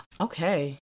Okay